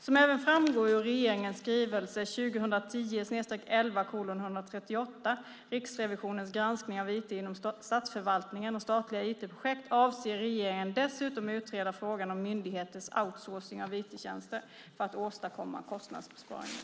Som även framgår ur regeringens skrivelse 2010/11:138 Riksrevisionens granskning av it inom statsförvaltningen och statliga it-projekt avser regeringen dessutom att utreda frågan om myndigheters outsourcing av IT-tjänster för att åstadkomma kostnadsbesparingar.